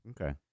Okay